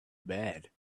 bed